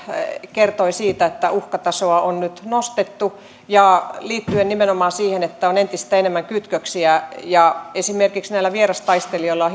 kertoi siitä että uhkatasoa on nyt nostettu liittyen nimenomaan siihen että on entistä enemmän kytköksiä ja esimerkiksi näillä vierastaistelijoilla on